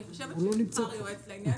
אני חושבת שנבחר יועץ לעניין הזה.